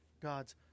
God's